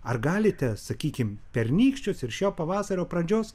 ar galite sakykim pernykščius ir šio pavasario pradžios